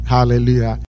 Hallelujah